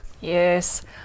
Yes